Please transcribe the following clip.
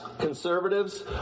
conservatives